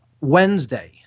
Wednesday